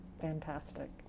Fantastic